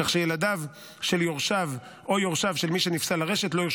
כך שילדיו של יורשיו או יורשיו של מי שנפסל לרשת,